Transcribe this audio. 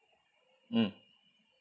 mm